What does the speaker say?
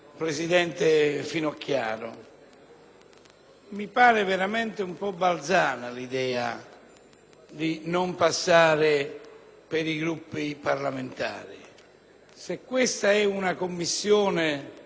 Mi pare veramente un po' balzana l'idea di non passare per i Gruppi parlamentari. Se questa è una Commissione nuova